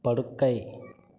படுக்கை